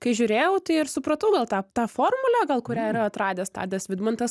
kai žiūrėjau tai ir supratau gal tą tą formulę gal kurią yra atradęs tadas vidmantas